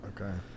Okay